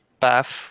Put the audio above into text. path